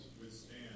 Withstand